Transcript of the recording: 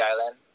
island